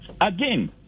again